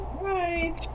Right